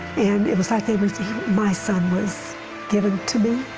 and it was like my son was given to me.